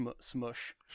smush